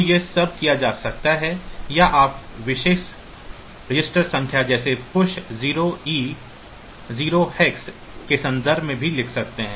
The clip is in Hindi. तो ये सब किया जा सकता है या आप विशेष रजिस्टर संख्या जैसे पुश 0e0hex के संदर्भ में भी लिख सकते हैं